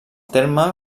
terme